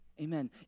Amen